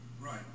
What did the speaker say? Right